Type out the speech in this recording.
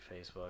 Facebook